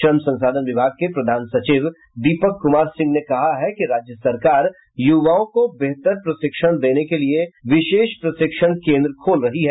श्रम संसाधन विभाग के प्रधान सचिव दीपक कुमार सिंह ने कहा है कि राज्य सरकार युवाओं को बेहतर प्रशिक्षण देने के लिए विशेष प्रशिक्षण केन्द्र खोल रही है